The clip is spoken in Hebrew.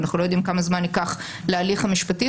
ואנחנו לא יודעים כמה זמן ייקח להליך המשפטי.